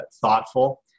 thoughtful